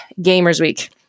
GamersWeek